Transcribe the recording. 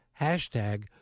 hashtag